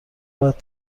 بعد